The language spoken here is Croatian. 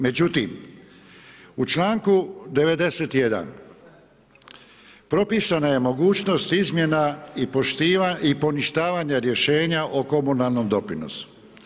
Međutim, u članku 91. propisana je mogućnost izmjena i poništavanje rješenja o komunalnom doprinosu.